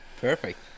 Perfect